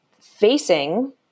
facing